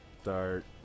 start